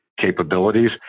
capabilities